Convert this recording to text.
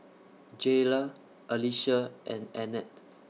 Jayla Alysia and Annette